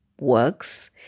works